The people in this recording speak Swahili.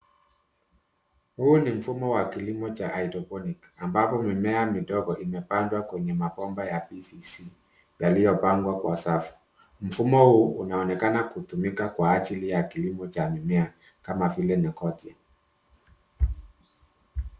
Huu ni mfumo wa kilimo cha hydroponic ambapo mimea midogo imepandwa kwenye mabomba ya PVC , yaliyopangwa kwa safu. Mfumo huu unaonekana kutumika kwa jili ya kilimo cha mimea kama vile narkotini.